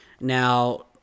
Now